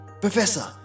Professor